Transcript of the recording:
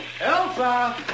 Elsa